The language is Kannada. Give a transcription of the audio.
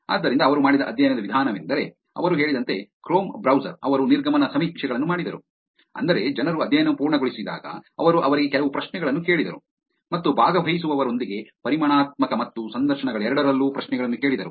ಆದ್ದರಿಂದ ಅವರು ಮಾಡಿದ ಅಧ್ಯಯನದ ವಿಧಾನವೆಂದರೆ ಅವರು ಹೇಳಿದಂತೆ ಕ್ರೋಮ್ ಬ್ರೌಸರ್ ಅವರು ನಿರ್ಗಮನ ಸಮೀಕ್ಷೆಗಳನ್ನು ಮಾಡಿದರು ಅಂದರೆ ಜನರು ಅಧ್ಯಯನವನ್ನು ಪೂರ್ಣಗೊಳಿಸಿದಾಗ ಅವರು ಅವರಿಗೆ ಕೆಲವು ಪ್ರಶ್ನೆಗಳನ್ನು ಕೇಳಿದರು ಮತ್ತು ಭಾಗವಹಿಸುವವರೊಂದಿಗೆ ಪರಿಮಾಣಾತ್ಮಕ ಮತ್ತು ಸಂದರ್ಶನಗಳೆರಡರಲ್ಲೂ ಪ್ರಶ್ನೆಗಳನ್ನು ಕೇಳಿದರು